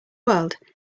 world